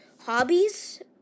hobbies